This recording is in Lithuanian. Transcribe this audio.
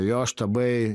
jo štabai